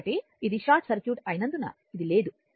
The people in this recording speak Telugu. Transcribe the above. కాబట్టి ఇది షార్ట్ సర్క్యూట్ అయినందున ఇది లేదు